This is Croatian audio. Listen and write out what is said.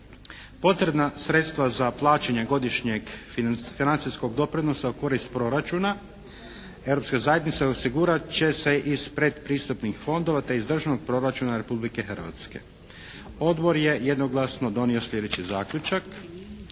Potreba sredstva za plaćanje godišnjeg financijskog doprinosa u korist proračuna Europske zajednice osigurat će se iz predpristupnih fondova te iz državnog proračuna Republike Hrvatske. Odbor je jednoglasno donio sljedeći zaključak.